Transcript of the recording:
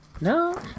No